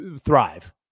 thrive